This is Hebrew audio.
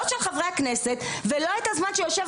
לא של חברי הכנסת ולא את הזמן של יושב